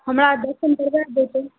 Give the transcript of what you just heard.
हमरा दर्शन करबाय दितहुँ